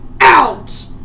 OUT